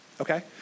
okay